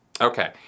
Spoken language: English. okay